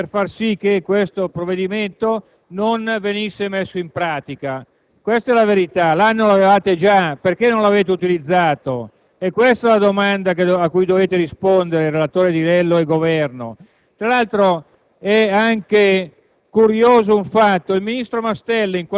messo in atto appositamente per far sì che il provvedimento non venisse attuato. Questa è la verità: l'anno lo avevate già, perché non l'avete utilizzato? È questa la domanda a cui dovrebbero rispondere il relatore Di Lello e il Governo. Tra l'altro, è curioso